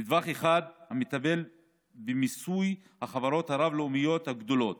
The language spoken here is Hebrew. נדבך אחד המטפל במיסוי החברות הרב-לאומיות הגדולות